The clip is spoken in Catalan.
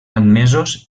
admesos